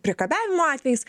priekabiavimo atvejis